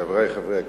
חברי חברי הכנסת,